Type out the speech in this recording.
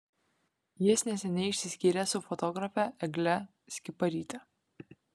jis neseniai išsiskyrė su fotografe egle skiparyte